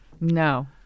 No